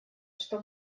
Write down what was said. что